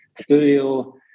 studio